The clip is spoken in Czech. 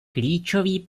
klíčový